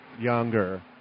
younger